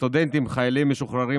לסטודנטים חיילים משוחררים,